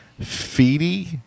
Feedy